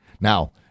Now